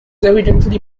evidently